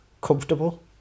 comfortable